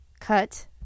cut